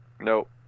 Nope